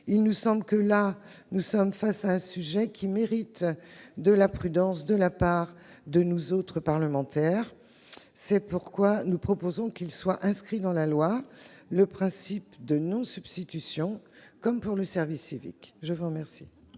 Il nous semble que nous sommes là face à un sujet qui mérite de la prudence de la part des parlementaires. C'est pourquoi nous proposons que soit inscrit dans la loi le principe de non-substitution, comme pour le service civique. La parole